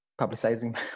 publicizing